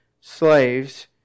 slaves